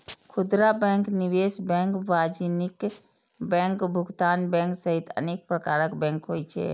खुदरा बैंक, निवेश बैंक, वाणिज्यिक बैंक, भुगतान बैंक सहित अनेक प्रकारक बैंक होइ छै